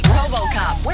Robocop